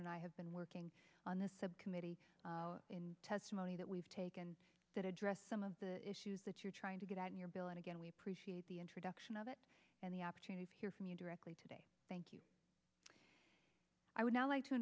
i have been working on the subcommittee in testimony that we've taken that addressed some of the issues that you're trying to get at your bill and again we appreciate the introduction of it and the opportunity to hear from you directly today thank you i would now like to